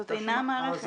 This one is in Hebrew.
זאת אינה המערכת.